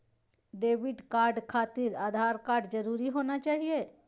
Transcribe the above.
Debit card खातिर Aadhaar card जरूरी होना चाहिए?